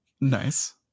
nice